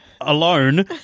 Alone